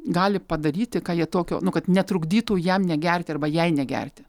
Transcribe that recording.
gali padaryti ką jie tokio nu kad netrukdytų jam negerti arba jai negerti